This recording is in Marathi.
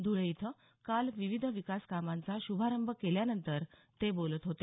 ध्रळे इथं काल विविध विकासकामांचा शुभारंभ केल्यानंतर ते बोलत होते